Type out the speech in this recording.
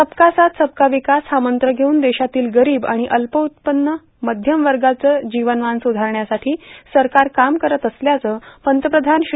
सब का साथ सबका विकास हा मंत्र षेऊन देशातील गरीब आणि अल्पउत्पन्न मध्यम वर्गाचं जिवनमान सुधारण्यासाठी सरकार काम करत असल्याचं पंतप्रधान श्री